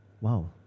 Wow